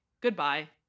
Goodbye